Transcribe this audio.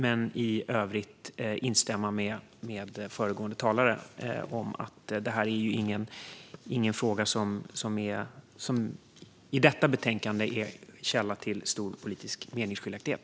I övrigt instämmer jag med föregående talare om att detta betänkande och denna fråga inte är en källa till stor politisk meningsskiljaktighet.